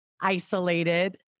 isolated